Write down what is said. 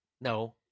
No